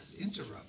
Interrupt